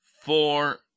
four